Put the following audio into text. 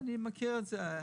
לא, אני מכיר את זה.